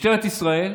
משטרת ישראל,